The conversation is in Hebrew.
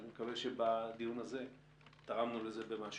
אני מקווה שבדיון הזה תרמנו לכך במשהו.